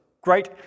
great